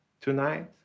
tonight